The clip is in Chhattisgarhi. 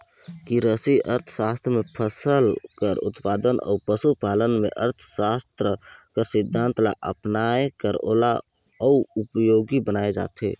किरसी अर्थसास्त्र में फसिल कर उत्पादन अउ पसु पालन में अर्थसास्त्र कर सिद्धांत ल अपनाए कर ओला अउ उपयोगी बनाए जाथे